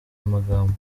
amagambo